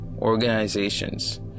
organizations